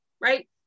right